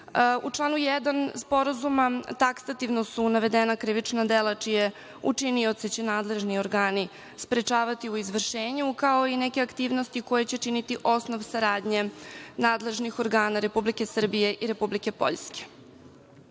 članu jedan sporazuma taksativno su navedena krivična dela čije učinioce će nadležni organi sprečavati u izvršenju, kao i neke aktivnosti koje će činiti osnov saradnje nadležnih organa Republike Srbije i Republike